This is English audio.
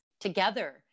together